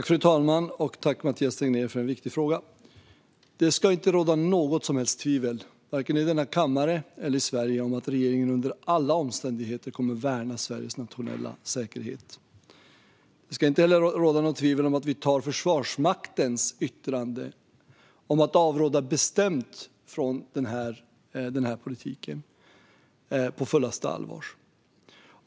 Fru talman! Tack, Mathias Tegnér, för en viktig fråga! Det ska inte råda något som helst tvivel, vare sig i denna kammare eller i Sverige i övrigt, om att regeringen under alla omständigheter kommer att värna Sveriges nationella säkerhet. Det ska inte heller råda något tvivel om att vi tar Försvarsmaktens yttrande där man bestämt avråder från den här politiken på fullaste allvar.